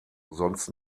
sonst